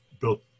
built